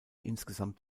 insgesamt